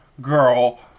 girl